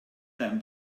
them